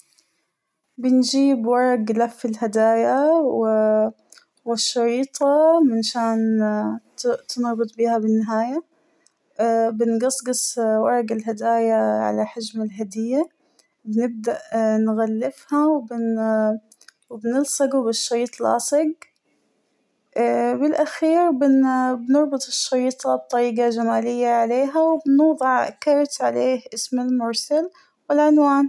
بنجيب ورق لف الهدايا ، وا والشريطة منشان نربط بيها بالنهاية ، بنقصقص ورق الهدايا على حجم الهدية ، ونبدأ نغلفها وبنلزقه بشريط لاصق، اا بالأخير بنربط الشريطة بطريقة جمالية عليها ،ونوضع كارت عليه إسم المرسل والعنوان.